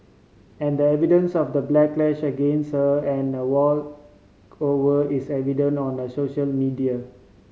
and the evidence of the backlash against her and the walk over is evident on the social media